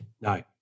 no